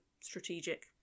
strategic